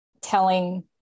telling